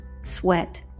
sweat